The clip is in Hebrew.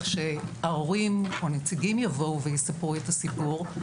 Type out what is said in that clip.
שההורים או הנציגים יבואו ויספרו את הסיפור,